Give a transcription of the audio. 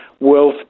wealth